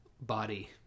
body